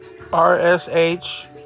RSH